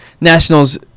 Nationals